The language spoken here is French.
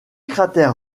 cratère